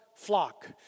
flock